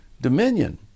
dominion